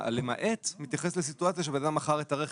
ה'למעט' מתייחס לסיטואציה שבן אדם מכר את הרכב,